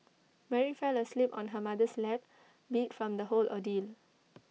Mary fell asleep on her mother's lap beat from the whole ordeal